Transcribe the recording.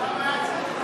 שם היה צריך,